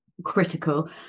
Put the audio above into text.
critical